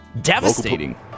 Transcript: Devastating